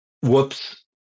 whoops